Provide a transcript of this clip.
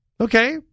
Okay